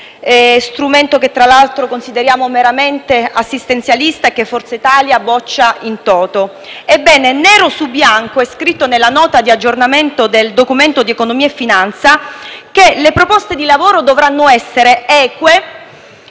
strumento che tra l'altro consideriamo meramente assistenzialista e che Forza Italia boccia *in toto.* Ebbene, nero su bianco è scritto nella Nota di aggiornamento al documento di economia e finanza che le proposte di lavoro dovranno essere eque